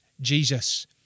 Jesus